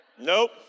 Nope